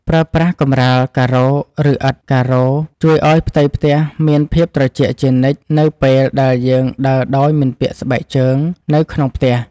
ប្រើប្រាស់កម្រាលការ៉ូឬឥដ្ឋការ៉ូជួយឱ្យផ្ទៃផ្ទះមានភាពត្រជាក់ជានិច្ចនៅពេលដែលយើងដើរដោយមិនពាក់ស្បែកជើងនៅក្នុងផ្ទះ។